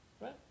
Right